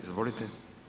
Izvolite.